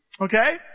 Okay